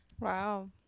wow